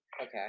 Okay